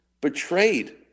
betrayed